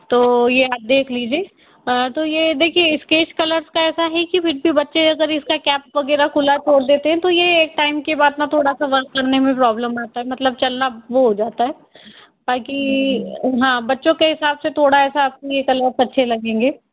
तो ये आप देख लीजिए तो ये देखिए स्केच कलर्स का ऐसा है कि बच्चे अगर इसका कैप वगैरह खुला छोड़ देते हैं तो ये एक टाइम के बाद थोड़ा सा वर्क करने में प्रॉब्लम आता है मतलब चलना वो हो जाता है बाकी हाँ बच्चों के हिसाब से थोड़ा ऐसा ये आप को कलर्स अच्छे लगेंगे